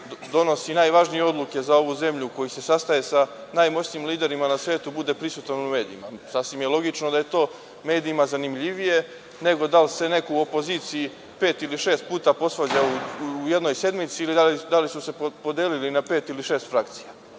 donosi najvažnije odluke za ovu zemlju, koji se sastaje sa najmoćnijim liderima na svetu, bude prisutan u medijima? Sasvim je logično da je to medijima zanimljivije nego da li se neko u opoziciji pet ili šest puta posvađao u jednoj sednici, ili da su se podelili na pet ili šest frakcija,